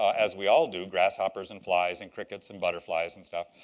as we all do, grasshoppers, and flies, and crickets, and butterflies and stuff.